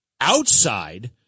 outside